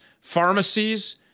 pharmacies